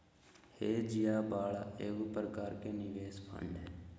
hedge या बाड़ा एगो प्रकार के निवेश फंड हय